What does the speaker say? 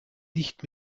nicht